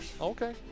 Okay